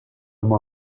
m’en